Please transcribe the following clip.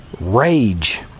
rage